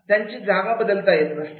त्यांची जागा बदलता येत नसते